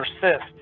persist